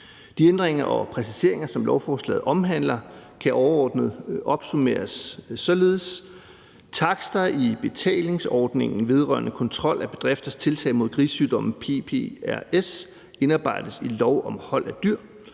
De ændringer og præciseringer, som lovforslaget omhandler, kan overordnet opsummeres således: Takster i betalingsordningen vedrørende kontrol af bedrifters tiltag mod grisesygdommen prrs indarbejdes i lov om hold af dyr.